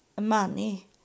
money